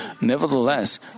Nevertheless